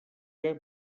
que